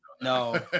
No